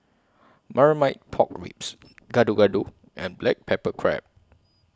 Marmite Pork Ribs Gado Gado and Black Pepper Crab